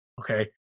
Okay